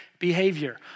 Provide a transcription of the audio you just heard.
Behavior